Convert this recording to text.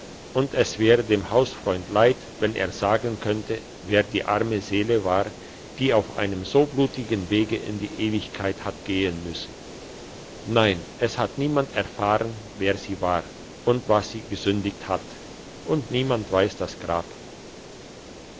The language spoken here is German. und es wäre dem hausfreund leid wenn er sagen könnte wer die arme seele war die auf einem so blutigen wege in die ewigkeit hat gehen müssen nein es hat niemand erfahren wer sie war und was sie gesündiget hat und niemand weiss das grab